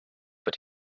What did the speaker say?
but